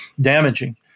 damaging